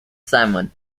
simon